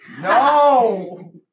No